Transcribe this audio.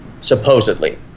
supposedly